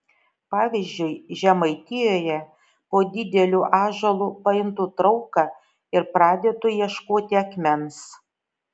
pavyzdžiui žemaitijoje po dideliu ąžuolu pajuntu trauką ir pradedu ieškoti akmens